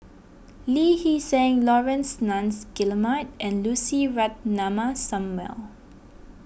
Lee Hee Seng Laurence Nunns Guillemard and Lucy Ratnammah Samuel